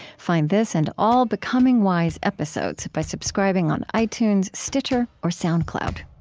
find this and all becoming wise episodes by subscribing on itunes, stitcher, or soundcloud